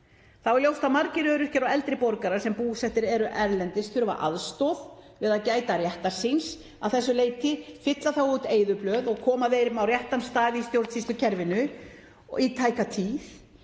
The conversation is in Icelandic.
Þá er ljóst að margir öryrkjar og eldri borgarar sem búsettir eru erlendis þurfa aðstoð við að gæta réttar síns að þessu leyti, fylla þá út eyðublöð og koma þeim á réttan stað í stjórnsýslukerfinu í tæka tíð.